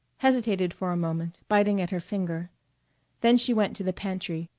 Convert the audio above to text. hesitated for a moment, biting at her finger then she went to the pantry,